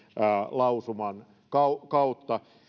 lausuman kautta